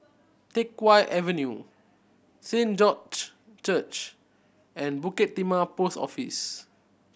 Teck Whye Avenue Saint George Church and Bukit Timah Post Office